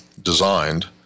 designed